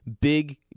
big